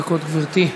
דקות גברתי,